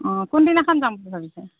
অ' কোনদিনাখন যাম বুলি ভাবিছে